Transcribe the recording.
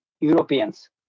Europeans